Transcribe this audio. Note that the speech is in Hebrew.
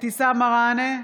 אבתיסאם מראענה,